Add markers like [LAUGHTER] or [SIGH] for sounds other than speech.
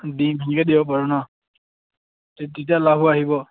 [UNINTELLIGIBLE] দিব পাৰোঁ ন তেতিয়া ল'ৰাবোৰ আহিব